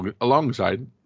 alongside